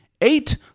Eight